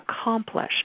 accomplish